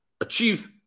achieve